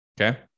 Okay